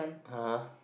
[huh]